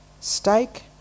Steak